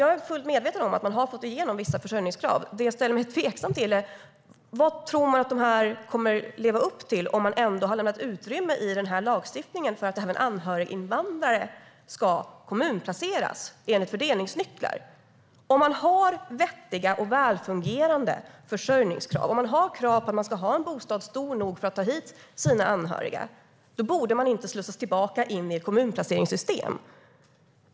Jag är fullt medveten om att man har fått igenom vissa försörjningskrav. Det jag är tveksam till är: Hur tror man att de här kraven kommer att uppfyllas om man ändå har lämnat utrymme i lagstiftningen för att även anhöriginvandrare ska kommunplaceras enligt fördelningsnycklar? Om vi har vettiga och välfungerande försörjningskrav som innebär att man behöver ha en bostad stor nog för att ta hit sina anhöriga borde de anhöriga inte slussas tillbaka in i ett kommunplaceringssystem.